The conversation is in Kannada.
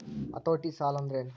ಹತೋಟಿ ಸಾಲಾಂದ್ರೆನ್?